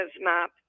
map